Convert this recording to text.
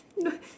no